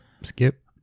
skip